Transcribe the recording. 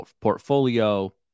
portfolio